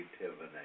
negative